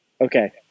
Okay